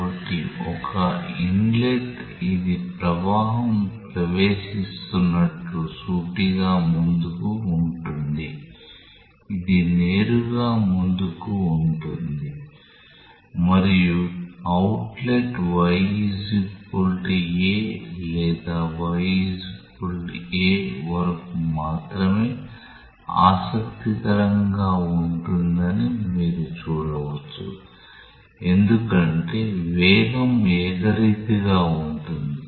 కాబట్టి ఒక ఇన్లెట్ ఇది ప్రవాహం ప్రవేశిస్తున్నట్లు సూటిగా ముందుకు ఉంటుంది ఇది నేరుగా ముందుకు ఉంటుంది మరియు అవుట్లెట్ y a లేదా y a వరకు మాత్రమే ఆసక్తికరంగా ఉంటుందని మీరు చూడవచ్చు ఎందుకంటే వేగం ఏకరీతిగా ఉంటుంది